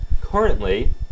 currently